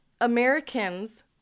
americans